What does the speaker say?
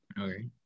Okay